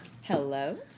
Hello